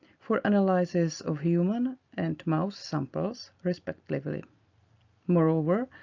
for analysis of human and mouse samples, respectively. moreover,